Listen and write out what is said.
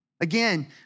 Again